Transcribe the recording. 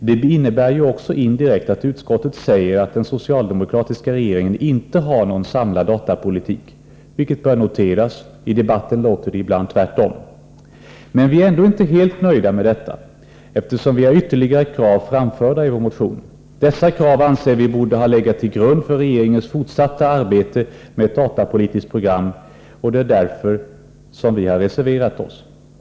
Det innebär också indirekt att utskottet säger att den socialdemokratiska regeringen inte har någon samlad datapolitik, vilket bör noteras — i debatten låter det i bland tvärtom. Men vi är ändå inte helt nöjda med detta, eftersom vi har ytterligare krav framförda i vår motion. Dessa krav anser vi borde ha legat till grund för regeringens fortsatta arbete med ett datapolitiskt program, och därför har vi reserverat oss.